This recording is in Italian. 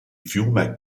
fiume